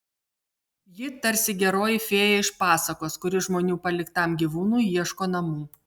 ji tarsi geroji fėja iš pasakos kuri žmonių paliktam gyvūnui ieško namų